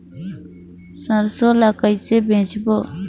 सरसो ला कइसे बेचबो?